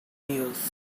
years